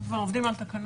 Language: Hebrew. אנחנו כבר עובדים על תקנות.